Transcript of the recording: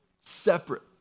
separate